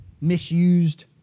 misused